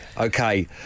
Okay